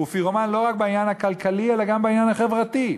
הוא פירומן לא רק בעניין הכלכלי אלא גם בעניין החברתי.